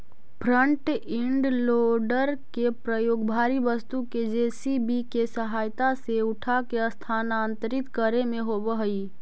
front end loader के प्रयोग भारी वस्तु के जे.सी.बी के सहायता से उठाके स्थानांतरित करे में होवऽ हई